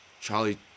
Charlie